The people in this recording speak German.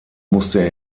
musste